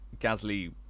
Gasly